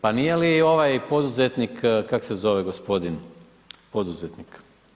Pa nije li ovaj poduzetnik kako se zove gospodin poduzetnik?